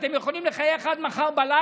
אתם יכולים לחייך עד מחר בלילה,